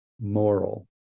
moral